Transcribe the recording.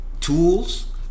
tools